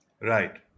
Right